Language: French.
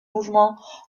mouvements